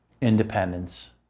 independence